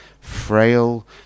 frail